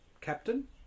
captain